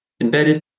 embedded